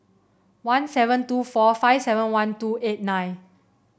one seven two four five seven one two eight nine